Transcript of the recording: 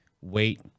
wait